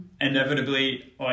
inevitably